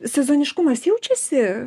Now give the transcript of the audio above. sezoniškumas jaučiasi